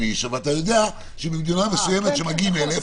שלא יאמרו שאנחנו לא משגיחים מספיק טוב על החילונים.